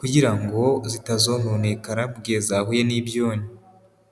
kugira ngo zitazononekara mu gihe zahuye n'ibyonnyi.